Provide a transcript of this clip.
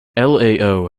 lao